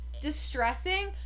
distressing-